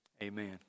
Amen